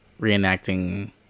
reenacting